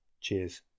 Cheers